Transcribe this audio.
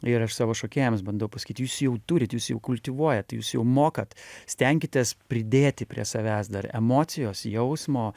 ir aš savo šokėjams bandau pasakyti jūs jau turit jūs jau kultivuojat jūs jau mokat stenkitės pridėti prie savęs dar emocijos jausmo